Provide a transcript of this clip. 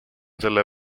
selle